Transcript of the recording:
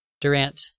Durant